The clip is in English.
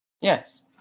Yes